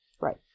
Right